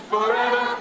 Forever